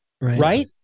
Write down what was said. right